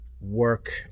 work